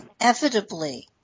inevitably